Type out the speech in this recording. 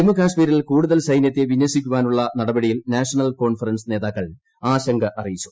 ജമ്മു കശ്മീരിൽ കൂടുതൽ സൈനൃത്തെ വിനൃസിക്കാനുള്ള നടപടിയിൽ നാഷണൽ കോൺഫെറൻസ് നേതാക്കൾ ആശങ്ക അറിയിച്ചു